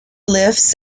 lifts